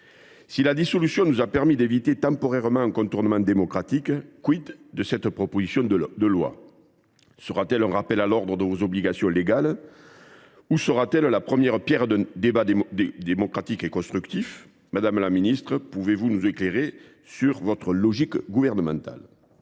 Si la dissolution nous a permis d’éviter temporairement un contournement démocratique, de cette proposition de loi ? Sera t elle un rappel à l’ordre de vos obligations légales ? Ou la première pierre d’un débat démocratique et constructif ? Madame la ministre, pouvez vous nous éclairer sur votre logique gouvernementale ?